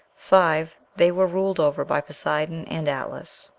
five. they were ruled over by poseidon and atlas.